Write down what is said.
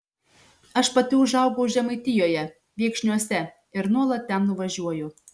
aš pati užaugau žemaitijoje viekšniuose ir nuolat ten nuvažiuoju